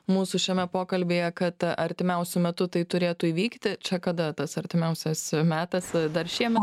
mūsų šiame pokalbyje kad artimiausiu metu tai turėtų įvykti čia kada tas artimiausias metas dar šiemet